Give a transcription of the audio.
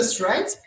right